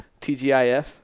TGIF